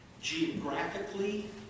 geographically